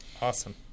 Awesome